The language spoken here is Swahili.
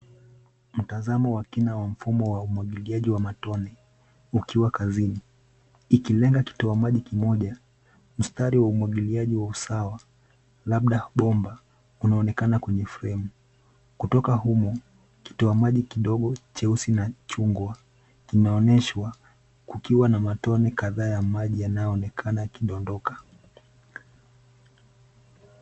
Mtazamo wa kina wa mfumo wa umwagiliaji wa matone ukiwa kazini ,ikilenga kitoa maji kimoja mstari wa umwagiliaji wa usawa labda bomba unaonekana kwenye fremu, kutoka humo kitoa maji kidogo cheusi na chungwa kimeoneshwa kukiwa na matone kadhaa ya maji yanayoonekana yakidondoka.